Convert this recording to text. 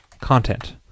content